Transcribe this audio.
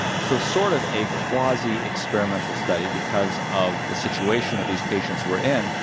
so sort of a quasi-experimental study, because of the situation that these patients were in.